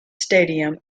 stadium